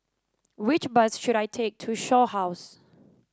which bus should I take to Shaw House